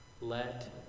Let